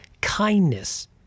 kindness